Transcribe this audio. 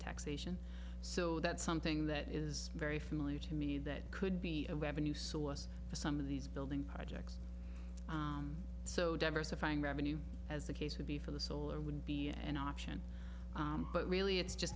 taxation so that's something that is very familiar to me that could be a revenue source for some of these building projects so diversifying revenue as the case would be for the solar would be an option but really it's just